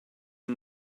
and